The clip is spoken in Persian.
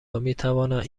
میتوانند